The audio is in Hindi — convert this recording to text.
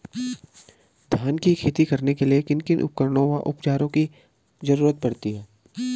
धान की खेती करने के लिए किन किन उपकरणों व औज़ारों की जरूरत पड़ती है?